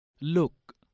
Look